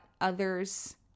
others